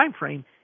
timeframe